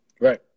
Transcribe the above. Right